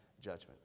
judgment